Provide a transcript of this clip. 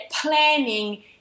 planning